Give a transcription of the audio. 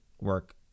work